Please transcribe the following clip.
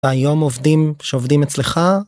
היום עובדים שעובדים אצלך.